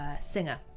singer